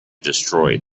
destroy